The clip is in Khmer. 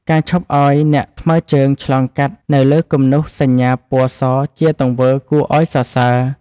ការឈប់ឱ្យអ្នកថ្មើរជើងឆ្លងកាត់នៅលើគំនូសសញ្ញាពណ៌សជាទង្វើគួរឱ្យសរសើរ។